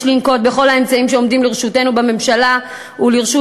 יש לנקוט את כל האמצעים שעומדים לרשותנו בממשלה ולרשות